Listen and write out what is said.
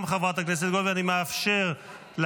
גם חברת הכנסת גוטליב, לאחר שיסיימו